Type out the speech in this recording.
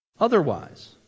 Otherwise